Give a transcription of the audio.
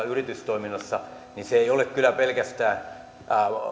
yritystoiminnan velvoitteiden hoitamatta jättäminen ei ole kyllä pelkästään